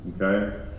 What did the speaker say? okay